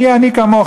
אני אהיה עני כמוך.